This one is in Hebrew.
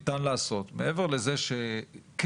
למה שאנחנו קוראים לולים ללא כלובים שהם יותר מרווחים.